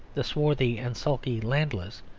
the swarthy and sulky landless,